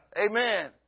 Amen